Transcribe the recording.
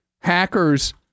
hackers